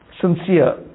sincere